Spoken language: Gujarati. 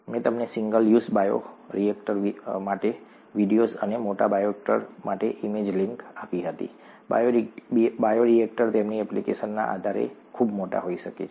મેં તમને સિંગલ યુઝ બાયોરિએક્ટર માટે વિડિયો અને મોટા બાયોરિએક્ટર માટે ઇમેજ લિંક આપી હતી બાયોરિએક્ટર તેમની એપ્લિકેશનના આધારે ખૂબ મોટા હોઈ શકે છે